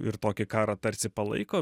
ir tokį karą tarsi palaiko